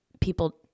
people